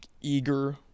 eager